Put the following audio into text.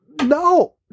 No